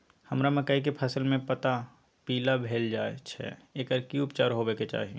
हमरा मकई के फसल में पता पीला भेल जाय छै एकर की उपचार होबय के चाही?